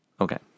Okay